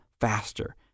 faster